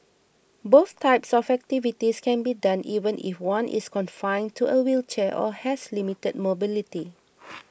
both types of activities can be done even if one is confined to a wheelchair or has limited mobility